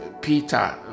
Peter